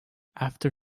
after